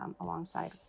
alongside